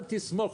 אל תסמוך.